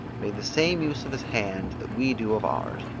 made the same use of his hands that we do of ours,